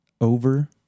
over